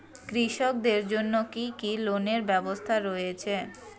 কৃষকদের জন্য কি কি লোনের ব্যবস্থা রয়েছে?